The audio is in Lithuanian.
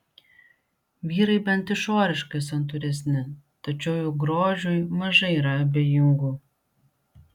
vyrai bent išoriškai santūresni tačiau juk grožiui mažai yra abejingų